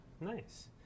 Nice